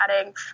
adding